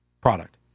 product